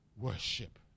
Worship